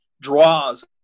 draws